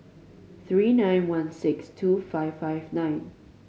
three nine one six two five five nine